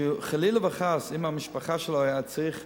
שאם חלילה וחס המשפחה שלו היתה צריכה